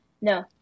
no